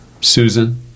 Susan